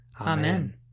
Amen